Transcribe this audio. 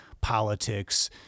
politics